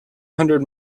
hundred